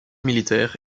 militaire